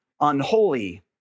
unholy